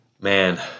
man